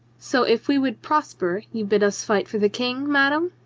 so if we would prosper you bid us fight for the king, madame?